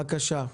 בבקשה.